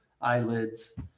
eyelids